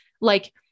like-